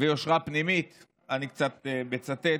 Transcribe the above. ויושרה פנימית, אני קצת מצטט,